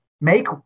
Make